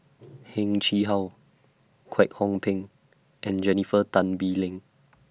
Heng Chee How Kwek Hong Png and Jennifer Tan Bee Leng